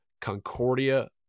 Concordia